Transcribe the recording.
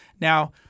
Now